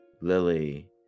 Lily